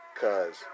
Cause